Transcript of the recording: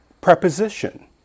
preposition